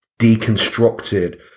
deconstructed